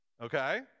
Okay